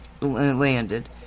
landed